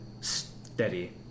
steady